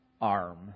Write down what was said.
arm